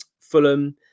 Fulham